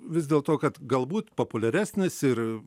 vis dėl to kad galbūt populiaresnis ir